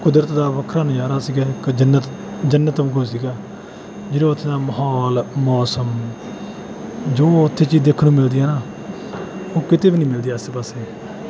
ਕੁਦਰਤ ਦਾ ਵੱਖਰਾ ਨਜ਼ਾਰਾ ਸੀਗਾ ਇਕ ਜੰਨਤ ਜੰਨਤ ਵਾਂਗੂੰ ਸੀਗਾ ਜਦੋਂ ਉੱਥੇ ਦਾ ਮਾਹੌਲ ਮੌਸਮ ਜੋ ਉੱਥੇ ਚੀਜ਼ ਦੇਖਣ ਨੂੰ ਮਿਲਦੀ ਹੈ ਨਾ ਉਹ ਕਿਤੇ ਵੀ ਨਹੀਂ ਮਿਲਦੀ ਆਸੇ ਪਾਸੇ